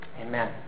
Amen